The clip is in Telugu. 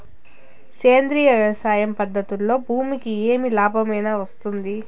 సేంద్రియ వ్యవసాయం పద్ధతులలో భూమికి ఏమి లాభమేనా వస్తుంది?